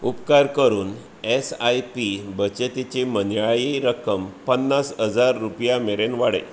उपकार करून S I P बचतीची म्हयन्याळी रक्कम पन्नास रुपया मेरेन वाडय